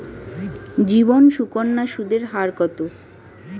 জীবন সুকন্যা সুদের হার কত?